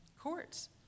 courts